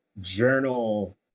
journal